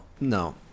no